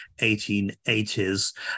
1880s